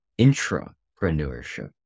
intrapreneurship